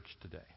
today